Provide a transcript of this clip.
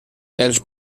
els